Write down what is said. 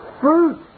fruit